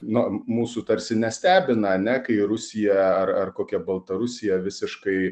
no mūsų tarsi nestebina ane kai rusija ar ar kokia baltarusija visiškai